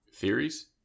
theories